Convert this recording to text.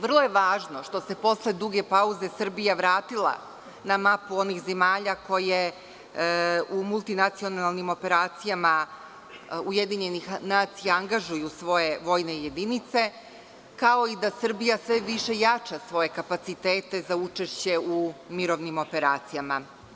Vrlo je važno što se posle duge pauze Srbija vratila na mapu onih zemalja koje u multinacionalnim operacijama UN angažuju svoje vojne jedinice, kao i da Srbija sve više jača svoje kapacitete za učešće u mirovnim operacijama.